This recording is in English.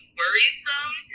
worrisome